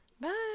Bye